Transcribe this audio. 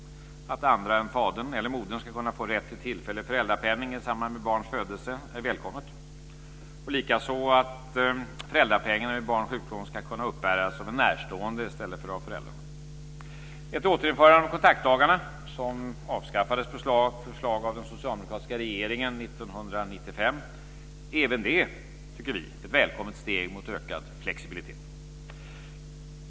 Att andra än fadern eller modern ska kunna få rätt till tillfällig föräldrapenning i samband med barns födelse är välkommet, likaså att föräldrapengen vid barns sjukdom ska kunna uppbäras av en närstående i stället för av föräldrarna. Ett återinförande av kontaktdagarna, som avskaffades på förslag av den socialdemokratiska regeringen 1995, är även det ett välkommet steg mot ökad flexibilitet.